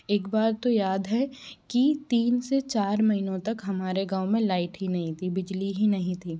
एक बार तो याद है की तीन से चार महीनों तक हमारे गाँव में लाइट ही नहीं थी बिजली ही नहीं थी